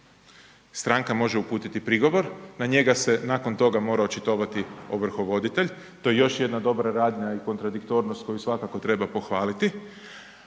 stranka može uputiti prigovor, na njega se nakon toga mora očitovati ovrhovoditelj, to je još jedna dobra radnja i kontradiktornost koju svakako treba pohvaliti.